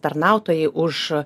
tarnautojai už